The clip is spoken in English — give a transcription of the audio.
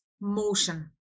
motion